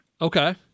Okay